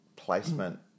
placement